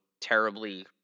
terribly